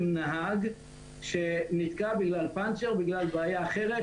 נהג שנתקע בגלל פנצ'ר או בגלל בעיה אחרת,